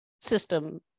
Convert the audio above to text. system